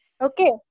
okay